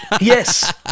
yes